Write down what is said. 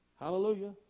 Hallelujah